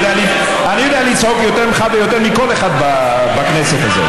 אני יודע לצעוק יותר ממך ויותר מכל אחד בכנסת הזאת.